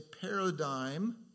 paradigm